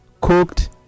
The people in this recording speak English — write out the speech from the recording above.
cooked